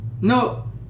No